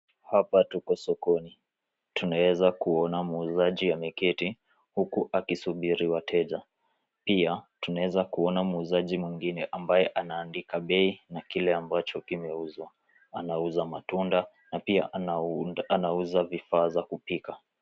Hapa tuko sokoni tunaeza kuona muuzaji ameketi huku akisubiri wateja. Pia tunaeza kuona muuzaji mwingine ambaye anaandika bei na kile ambacho kimeuzwa. Anauza matunda na pia anauza vifaa za kupika.